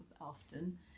often